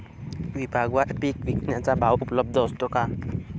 विभागवार पीक विकण्याचा भाव उपलब्ध असतो का?